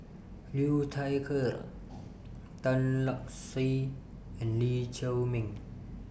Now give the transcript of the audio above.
Liu Thai Ker Tan Lark Sye and Lee Chiaw Meng